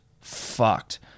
fucked